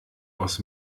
aus